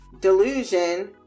delusion